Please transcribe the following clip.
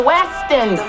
Weston